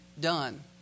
done